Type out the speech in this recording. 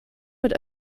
mit